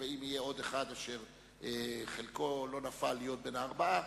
ואם יהיה עוד אחד אשר חלקו לא נפל להיות בין הארבעה,